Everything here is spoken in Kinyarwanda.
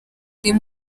uri